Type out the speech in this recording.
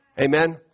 Amen